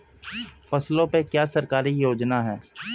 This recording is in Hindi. फसलों पे क्या सरकारी योजना है?